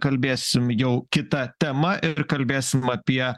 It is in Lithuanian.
kalbėsim jau kita tema ir kalbėsim apie